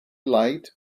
light